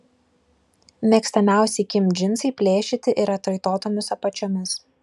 mėgstamiausi kim džinsai plėšyti ir atraitotomis apačiomis